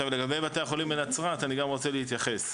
לגבי בתי חולים בנצרת, אני גם רוצה להתייחס.